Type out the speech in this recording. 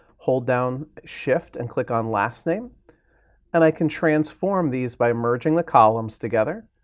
hold down shift and click on last name and i can transform these by merging the columns together.